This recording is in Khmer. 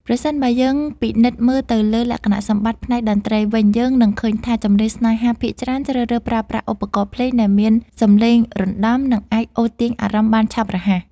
ប្រសិនបើយើងពិនិត្យមើលទៅលើលក្ខណៈសម្បត្តិផ្នែកតន្ត្រីវិញ យើងនឹងឃើញថា ចម្រៀងស្នេហា ភាគច្រើនជ្រើសរើសប្រើប្រាស់ឧបករណ៍ភ្លេងដែលមានសម្លេងរណ្ដំ និងអាចអូសទាញអារម្មណ៍បានឆាប់រហ័ស